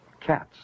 Cats